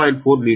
4 metre